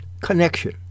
connection